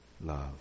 love